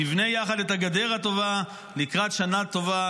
ונבנה יחד את הגדר הטובה לקראת שנה טובה,